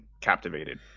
captivated